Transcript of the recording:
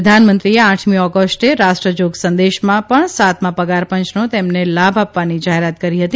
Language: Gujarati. પ્રધાનમંત્રીએ આઠમી ઓગષ્ટે રાષ્ટ્રજોગ સંદેશમાં પણ સાતમા પગારપંચનો તેમને લાભ આપવાની જાહેરાત કરી હતી